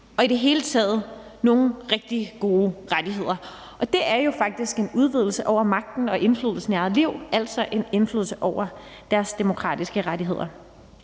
er i det hele taget nogle rigtig gode rettigheder. Og det er jo faktisk en udvidelse af magten og indflydelsen i eget liv, altså en indflydelse over deres demokratiske rettigheder.